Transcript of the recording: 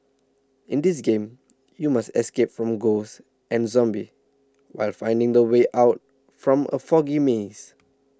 in this game you must escape from ghosts and zombies while finding the way out from a foggy maze